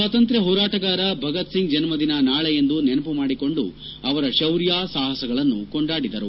ಸ್ನಾತಂತ್ರ್ಣ ಹೋರಾಟಗಾರ ಭಗತ್ಸಿಂಗ್ ಜನ್ನದಿನ ನಾಳೆ ಎಂದು ನೆನಪು ಮಾಡಿಕೊಂಡು ಅವರ ಶೌರ್ಯ ಸಾಹಸಗಳನ್ನು ಕೊಂಡಾಡಿದರು